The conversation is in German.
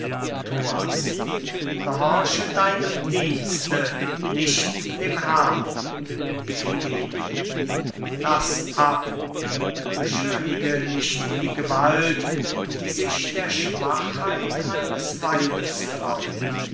gehorche deinem dienste nicht dem herrn iphigenie laß ab beschönige nicht die gewalt die sich der schwachheit eines weibes freut